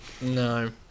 No